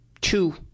two